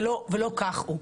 ולא כך הוא.